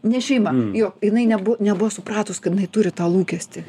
ne šeima jo jinai nebu nebuvo supratus kad jinai turi tą lūkestį